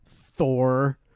Thor